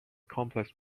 complex